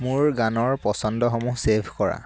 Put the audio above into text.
মোৰ গানৰ পচন্দসমূহ চেভ কৰা